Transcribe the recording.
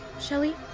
Shelly